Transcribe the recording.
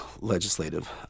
legislative